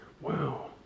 wow